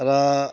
र